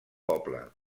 poble